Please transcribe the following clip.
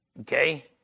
Okay